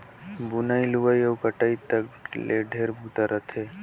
बुनई, लुवई अउ कटई तक ले ढेरे बूता रहथे